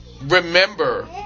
remember